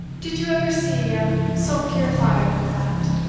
did you ever see a sulkier fire than that?